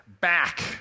back